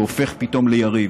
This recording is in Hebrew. שהופך פתאום ליריב.